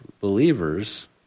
believers